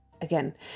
again